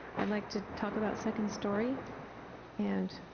i'd like to talk about second story and,